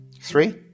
Three